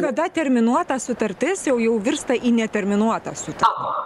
kada terminuota sutartis jau jau virsta į neterminuotą sutartį